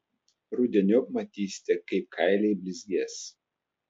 rudeniop matysite kaip kailiai blizgės